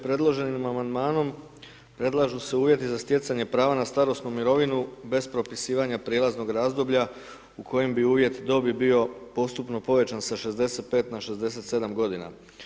Predloženim amandman predlažu se uvjeti za stjecanje prava na starosnu mirovinu bez propisivanja prijelaznog razdoblja u kojem bi uvjet dobi bio postupno povećan sa 65 na 67 godina.